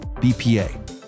BPA